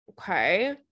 okay